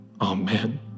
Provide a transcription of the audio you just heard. Amen